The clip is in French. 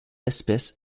espèce